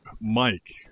Mike